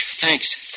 Thanks